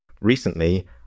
Recently